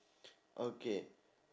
okay